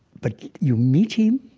but you meet him